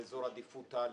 לאזור עדיפות א'